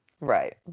Right